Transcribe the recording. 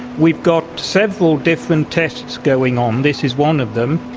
we've got several different tests going on, this is one of them.